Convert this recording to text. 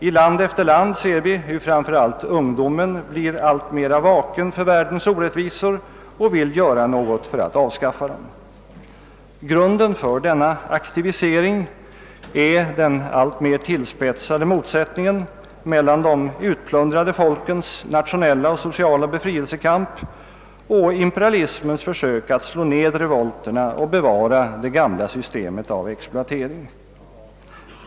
I land efter land ser vi hur framför allt ungdomen blir alltmera vaken för världens orättvisor och vill göra något för att avskaffa dem. Grunden för denna aktivisering är den alltmera tillspetsade motsättningen mellan de utplundrade folkens nationella och sociala befrielsekamp och imperialismens försök att slå ned revolterna och bevara det gamla systemet av exploatering.